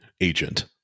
agent